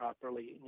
properly